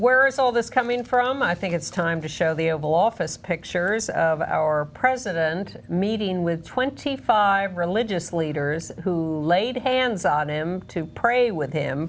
where is all this coming from i think it's time to show the oval office pictures of our president meeting with twenty five religious leaders who laid hands on him to pray with him